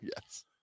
Yes